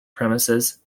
premises